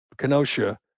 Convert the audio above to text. Kenosha